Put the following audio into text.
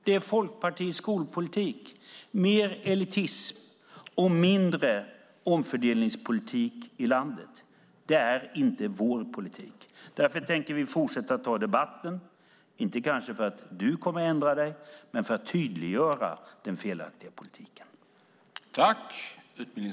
Det är Folkpartiets skolpolitik: mer elitism och mindre omfördelningspolitik i landet. Det är inte vår politik. Därför tänker vi fortsätta att ta debatten, kanske inte för att du kommer att ändra dig men för att tydliggöra den felaktiga politiken.